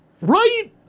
Right